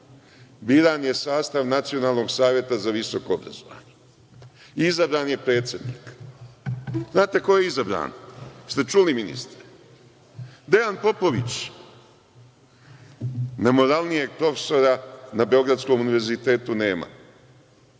biran je sastav Nacionalnog saveta za visoko obrazovanje. Izabran je predsednik. Znate li ko je izabran, jeste li čuli, ministre? Dejan Popović. Nemoralnijeg profesora na Beogradskom univerzitetu nema.